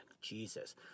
jesus